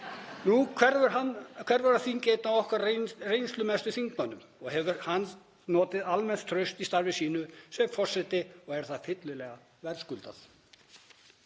Nú hverfur af þingi einn af okkar reynslumestu þingmönnum og hefur hann notið almenns trausts í starfi sínu sem forseti og er það fyllilega verðskuldað.